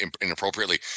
inappropriately